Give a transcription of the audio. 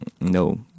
No